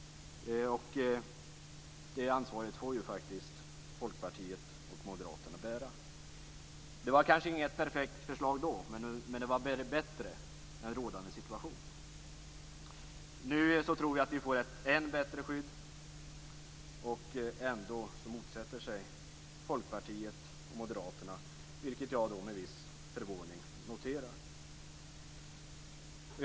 Ansvaret för detta får faktiskt Folkpartiet och Moderaterna bära. Det var kanske inget perfekt förslag då, men det var bättre än rådande situation. Nu tror jag att vi får ett än bättre skydd. Ändå motsätter sig Folkpartiet och Moderaterna, vilket jag med viss förvåning noterar.